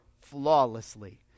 flawlessly